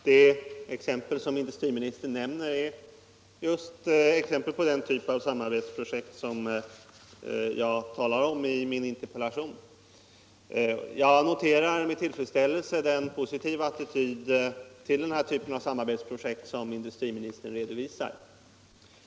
Fru talman! Det exempel som industriministern ger är just den typ av samarbetsprojekt som jag talar om i min interpellation. Jag noterar med tillfredsställelse den positiva attityd till den här typen av samarbetsprojekt som industriministern redovisar.